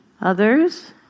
Others